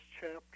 chapter